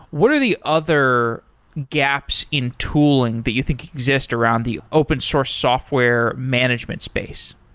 what are the other gaps in tooling that you think exists around the open source software management space?